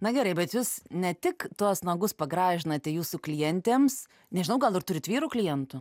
na gerai bet jūs ne tik tuos nagus pagražinate jūsų klientėms nežinau gal ir turit vyrų klientų